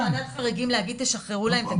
אתם יכולים בוועדת החריגים להגיד שישחררו את הכסף?